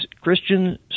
Christian